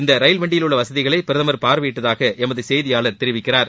இந்த ரயில் வண்டியிலுள்ள வசதிகளை பிரதமர் பார்வையிட்டதாக எமது செய்தியாளர் தெரிவிக்கிறார்